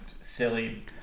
silly